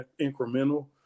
incremental